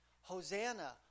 Hosanna